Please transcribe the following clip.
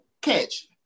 catch